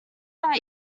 that